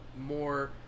more